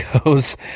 goes